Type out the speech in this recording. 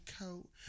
coat